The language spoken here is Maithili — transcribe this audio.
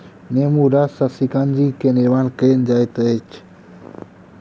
नेबो रस सॅ शिकंजी के निर्माण कयल जाइत अछि